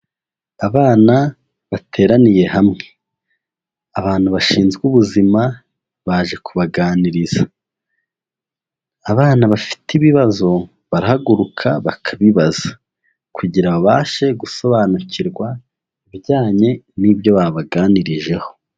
Abana bateraniye hamwe. Abantu bashinzwe ubuzima baje kubaganiriza. Abana bafite ibibazo barahaguruka bakabibaza kugira babashe gusobanukirwa ibijyanye n'ibyo babaganirijeho.